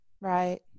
Right